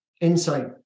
insight